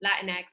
Latinx